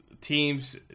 teams